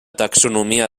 taxonomia